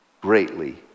greatly